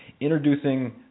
introducing